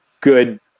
Good